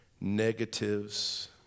negatives